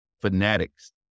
fanatics